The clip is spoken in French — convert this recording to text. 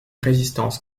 résistance